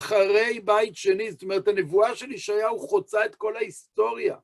אחרי בית שני, זאת אומרת, הנבואה של ישעיהו חוצה את כל ההיסטוריה.